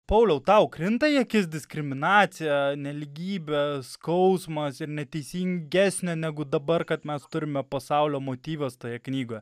pauliau tau krinta į akis diskriminacija nelygybė skausmas ir neteisingesnė negu dabar kad mes turime pasaulio motyvas toje knygoje